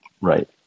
Right